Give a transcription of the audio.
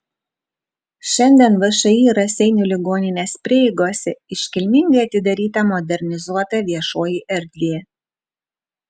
šiandien všį raseinių ligoninės prieigose iškilmingai atidaryta modernizuota viešoji erdvė